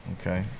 Okay